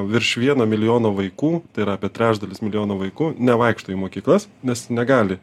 virš vieno milijono vaikų tai yra apie trečdalis milijono vaikų nevaikšto į mokyklas nes negali